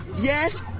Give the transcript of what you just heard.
yes